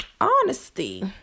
honesty